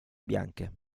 bianche